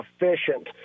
efficient